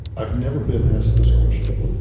i've never been asked this question.